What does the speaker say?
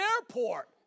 airport